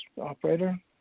Operator